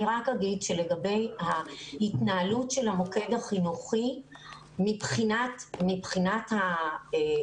אני רק אגיד שלגבי ההתנהלות של המוקד החינוכי מבחינת ההתכווננות,